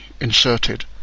inserted